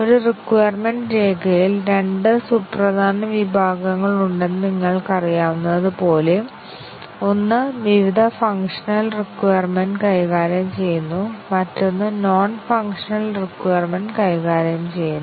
ഒരു റിക്വയർമെന്റ് രേഖയിൽ രണ്ട് സുപ്രധാന വിഭാഗങ്ങളുണ്ടെന്ന് നിങ്ങൾക്കറിയാവുന്നതുപോലെ ഒന്ന് വിവിധ ഫംഗ്ഷണൽ റിക്വയർമെന്റ് കൈകാര്യം ചെയ്യുന്നു മറ്റൊന്ന് നോൺ ഫംഗ്ഷണൽ റിക്വയർമെന്റ് കൈകാര്യം ചെയ്യുന്നു